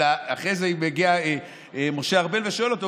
ואחרי זה אם מגיע משה ארבל ושואל אותו,